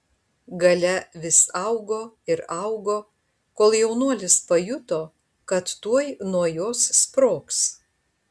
galia vis augo ir augo kol jaunuolis pajuto kad tuoj nuo jos sprogs